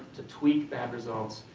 to tweek bad results,